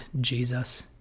Jesus